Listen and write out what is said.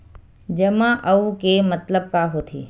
जमा आऊ के मतलब का होथे?